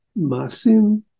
masim